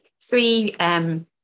three